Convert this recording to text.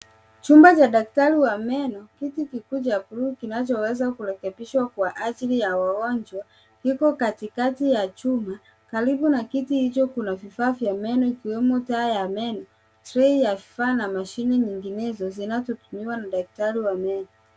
Chumba cha daktari wa meno, kiti kikuu cha buluu kinachoweza kurekebishwa kwa ajili ya wagonjwa, kiko katikati ya chumba. Karibu na kiti hicho kuna vifaa vya meno ikiwemo taa ya meno, trei ya vifaa na mashine nyinginezo zinazotumiwa na daktari wa meno.